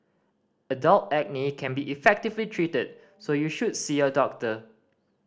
adult acne can be effectively treated so you should see your doctor